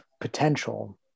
potential